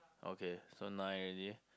okay so nine already